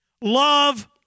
Love